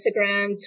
Instagram